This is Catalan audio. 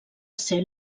ser